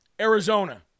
Arizona